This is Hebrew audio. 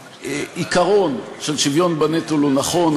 שהעיקרון של שוויון בנטל הוא נכון,